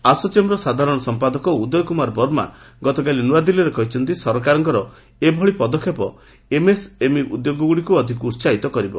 ଆସୋଚମ୍ର ସାଧାରଣ ସମ୍ପାଦକ ଉଦୟ କୁମାର ବର୍ମା ଗତକାଲି ନୁଆଦିଲ୍ଲୀରେ କହିଛନ୍ତି ସରକାରଙ୍କ ଏଭଳି ପଦକ୍ଷେପ ଏମ୍ଏସ୍ଏମ୍ଇ ଉଦ୍ୟୋଗଗୁଡ଼ିକୁ ଅଧିକ ଉତ୍ସାହିତ କରିବ